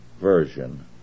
version